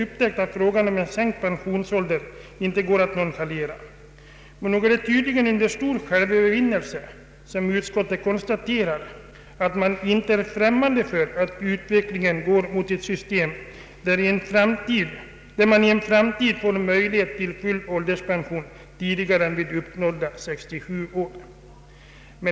vidgad förtidspensionering, m.m. frågan om en sänkt pensionsålder inte går att nonchalera. Men det är tydligen under stor självövervinnelse som utskottet konstaterar att man inte är främmande för att utvecklingen går mot ett system, där folk i en framtid får möjlighet till full ålderspension tidigare än vid uppnådda 67 år.